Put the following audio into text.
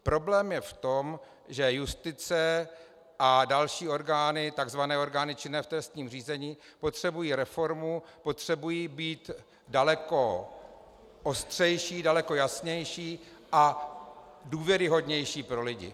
Problém je v tom, že justice a další orgány, tzv. orgány činné v trestním řízení, potřebují reformu, potřebují být daleko ostřejší, daleko jasnější a důvěryhodnější pro lidi.